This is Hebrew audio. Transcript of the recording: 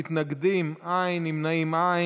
מתנגדים, אין, נמנעים,